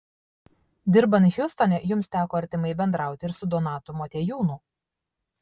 dirbant hjustone jums teko artimai bendrauti ir su donatu motiejūnu